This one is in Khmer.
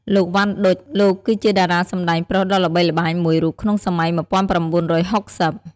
លោក វ៉ាន់ ឌុច លោកគឺជាតារាសម្តែងប្រុសដ៏ល្បីល្បាញមួយរូបក្នុងសម័យ ១៩៦០។